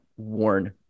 warn